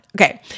Okay